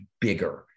bigger